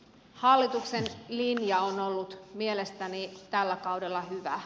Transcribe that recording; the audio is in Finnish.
hallituksen linja on ollut mielestäni tällä kaudella hyvä